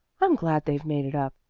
i'm glad they've made it up,